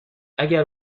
اگه